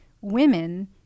women